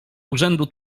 urzędu